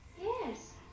Yes